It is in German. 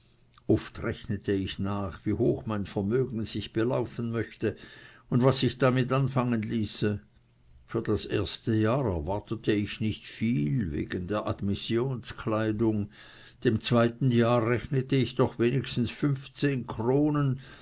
oft rechnete ich nach wie hoch mein vermögen sich belaufen möchte und was sich damit anfangen ließe für das erste jahr erwartete ich nicht viel wegen der admissionskleidung dem zweiten jahr rechnete ich doch wenigstens fünfzehn kronen